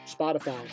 Spotify